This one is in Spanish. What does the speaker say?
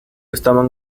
estaban